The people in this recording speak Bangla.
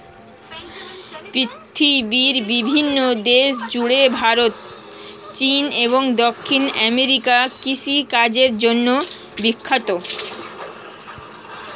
পৃথিবীর বিভিন্ন দেশ জুড়ে ভারত, চীন এবং দক্ষিণ আমেরিকা কৃষিকাজের জন্যে বিখ্যাত